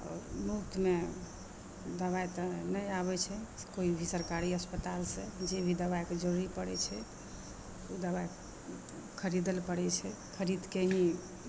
आओर मुफ्तमे दबाइ तऽ नहि आबै छै कोनो भी सरकारी अस्पतालसॅं जे भी दबाइके जरूरी पड़ै छै दबाइ खरीदै लए पड़ै छै खरीदके ही